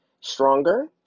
stronger